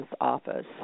office